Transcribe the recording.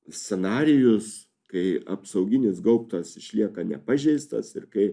scenarijus kai apsauginis gaubtas išlieka nepažeistas ir kai